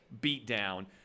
beatdown